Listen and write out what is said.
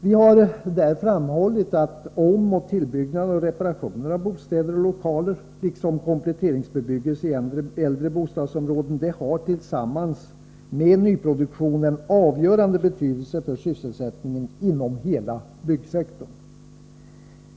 Vi har där betonat att omoch tillbyggnader och reparationer av bostäder och lokaler liksom kompletteringsbebyggelse i äldre bostadsområden tillsammans med nyproduktion har en avgörande betydelse för sysselsättningen inom hela byggsektorn.